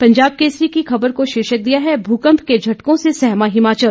पंजाब केसरी ने खबर को शीर्षक दिया है भूकंप के झटकों से सहमा हिमाचल